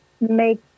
make